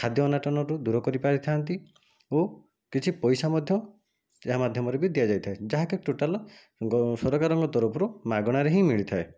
ଖାଦ୍ୟ ଅନାଟନରୁ ଦୂର କରିପାରିଥାନ୍ତି ଓ କିଛି ପଇସା ମଧ୍ୟ ଯାହା ମାଧ୍ୟମରେ ଦିଆଯାଇଥାଏ ଯାହାକି ଟୋଟାଲ ସରକାରଙ୍କ ତରଫରୁ ମାଗଣାରେ ହିଁ ମିଳିଥାଏ